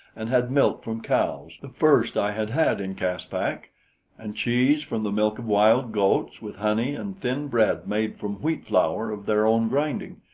and had milk from cows the first i had had in caspak and cheese from the milk of wild goats, with honey and thin bread made from wheat flour of their own grinding,